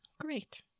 great